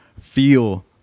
feel